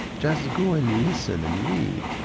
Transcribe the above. just go and listen and read.